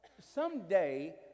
Someday